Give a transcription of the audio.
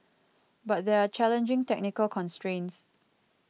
but there are challenging technical constrains